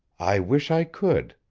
i wish i could,